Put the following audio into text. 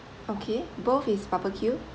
okay both is barbeque